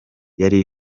yari